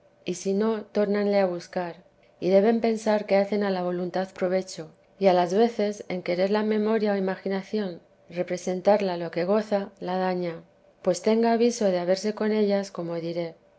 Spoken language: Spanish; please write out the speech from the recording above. y si no tórnanle a buscar y deben pensar que hace'n a la voluntad provecho y a las veces en querer la memoria o imaginación representarla lo que goza la daña pues tenga aviso de haberse con ellas como diré